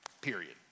period